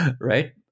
right